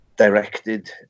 directed